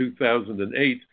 2008